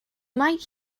might